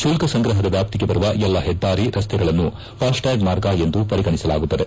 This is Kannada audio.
ಶುಲ್ತ ಸಂಗ್ರಹದ ವ್ಯಾಪ್ತಿಗೆ ಬರುವ ಎಲ್ಲ ಹೆದ್ದಾರಿ ರಸ್ತೆಗಳನ್ನು ಫಾಸ್ಟೆಟ್ಟಾಗ್ ಮಾರ್ಗ ಎಂದು ಪರಿಗಣಿಸಲಾಗುತ್ತದೆ